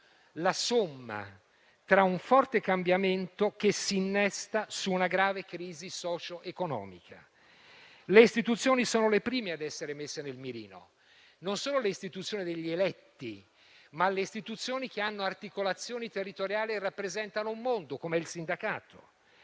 la somma tra un forte cambiamento che si innesta su una grave crisi socio-economica. Le istituzioni sono le prime ad essere messa nel mirino; non solo le istituzioni degli eletti, ma quelle che hanno articolazioni territoriali e rappresentano un mondo, come il sindacato.